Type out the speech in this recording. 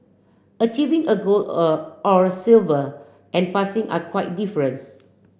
achieving a gold a or silver and passing are quite different